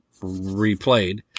replayed